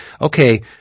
okay